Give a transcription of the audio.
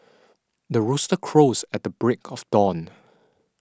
the rooster crows at the break of dawn